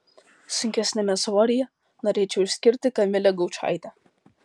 sunkesniame svoryje norėčiau išskirti kamilę gaučaitę